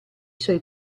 suoi